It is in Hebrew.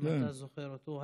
אם אתה זוכר אותו.